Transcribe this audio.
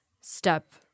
step